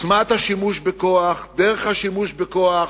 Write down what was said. עוצמת השימוש בכוח ודרך השימוש בכוח,